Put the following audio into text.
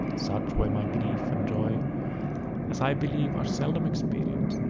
such were my grief and joy as i believe are seldom experienced.